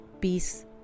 peace